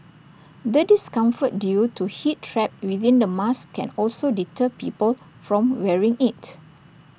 the discomfort due to heat trapped within the mask can also deter people from wearing IT